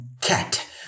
Cat